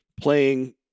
playing